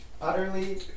utterly